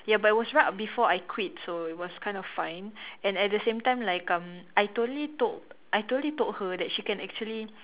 ya but it was right before I quit so it was kind of fine and at the same time like um I totally told I totally told her that she can actually